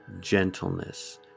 gentleness